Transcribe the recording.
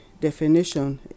definition